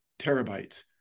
terabytes